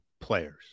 players